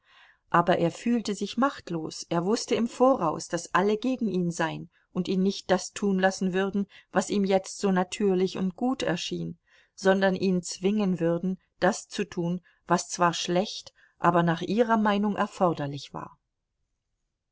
aber er fühlte sich machtlos er wußte im voraus daß alle gegen ihn sein und ihn nicht das tun lassen würden was ihm jetzt so natürlich und gut erschien sondern ihn zwingen würden das zu tun was zwar schlecht aber nach ihrer meinung erforderlich war